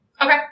Okay